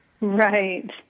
Right